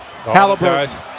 Halliburton